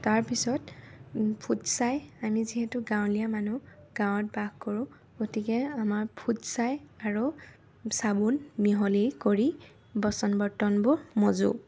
তাৰপিছত ফুটছাঁই আমি যিহেতু গাৱঁলীয়া মানুহ গাৱঁত বাস কৰোঁ গতিকে আমাৰ ফুটছাঁই আৰু চাবোন মিহলি কৰি বাচন বৰ্তনবোৰ মাজোঁ